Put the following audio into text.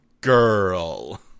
Girl